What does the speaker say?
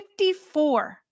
54